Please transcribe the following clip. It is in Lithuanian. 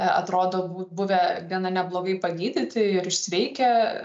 atrodo bu buvę gana neblogai pagydyti ir išsveikę